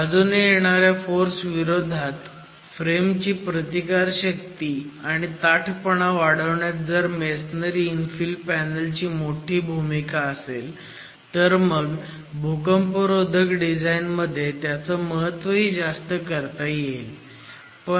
बाजूने येणाऱ्या फोर्स विरोधात फ्रेमची प्रतिकारशक्ती आणि ताठपणा वाढवण्यात जर मेसोनरी इन्फिल पॅनल ची मोठी भूमिका असेल तर मग भूकंपरोधक डिझाईन मध्ये त्याचं महत्वही जास्त करता येईल